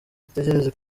dutegereze